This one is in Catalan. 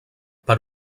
per